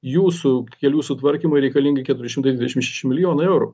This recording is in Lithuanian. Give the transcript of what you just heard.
jūsų kelių sutvarkymui reikalingi keturi šimtai dvidešim šeši milijonai eurų